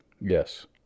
Yes